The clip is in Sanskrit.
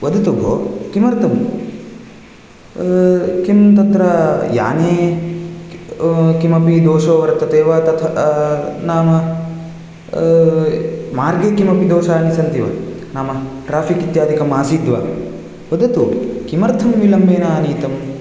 वदतु भोः किमर्थम् किं तत्र याने किमपि दोषो वर्तते वा तथा नाम मार्गे किमपि दोषाणि सन्ति वा नाम ट्राफ़िक् इत्यादिकम् आसीद्वा वदतु किमर्थं विलम्बेन आनीतम्